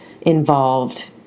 involved